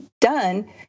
done